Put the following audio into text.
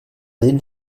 dins